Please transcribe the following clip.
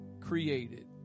created